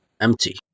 empty